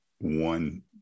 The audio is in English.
one